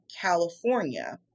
California